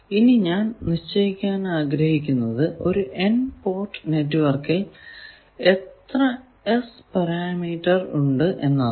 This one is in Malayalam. ഇനി ഞാൻ നിശ്ചയിക്കാൻ ആഗ്രഹിക്കുന്നത് ഒരു N പോർട്ട് നെറ്റ്വർക്കിൽ എത്ര S പാരാമീറ്റർ ഉണ്ട് എന്നാണ്